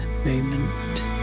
moment